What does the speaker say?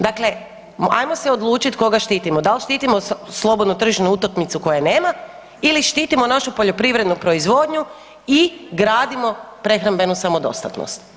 Dakle, ajmo se odlučit koga štitimo, dal štitimo slobodnu tržišnu utakmicu koje nema ili štitimo našu poljoprivrednu proizvodnju i gradimo prehrambenu samodostatnost?